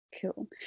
cool